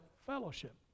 fellowship